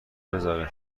بذاره